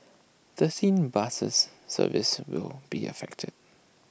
thirteen buses services will be affected